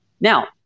now